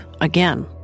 again